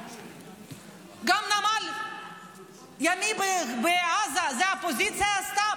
גם נמל ימי בעזה, זה האופוזיציה עשתה?